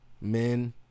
men